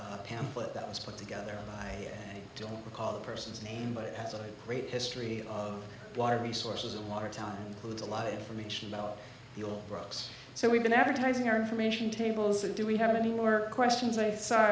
a pamphlet that was put together i don't recall the person's name but it has a great history of water resources in watertown includes a lot of information about the oil drugs so we've been advertising our information tables and do we have any more questions